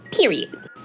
Period